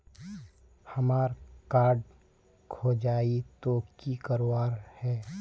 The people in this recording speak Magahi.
हमार कार्ड खोजेई तो की करवार है?